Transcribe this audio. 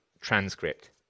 Transcript